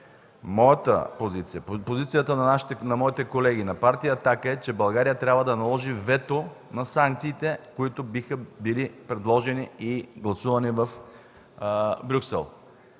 Моята позиция, позицията на моите колеги, на Партия „Атака”, е, че България трябва да наложи вето на санкциите, които биха били предложени и гласувани в Брюксел,